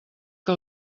que